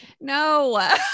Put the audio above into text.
No